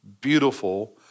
beautiful